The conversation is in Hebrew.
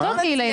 (היו"ר אלכס קושניר)